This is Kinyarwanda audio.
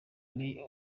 ari